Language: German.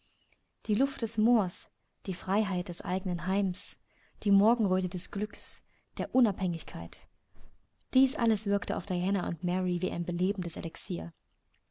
die luft des moors die freiheit des eigenen heims die morgenröte des glücks der unabhängigkeit dies alles wirkte auf diana und mary wie ein belebendes elixier